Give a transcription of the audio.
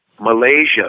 Malaysia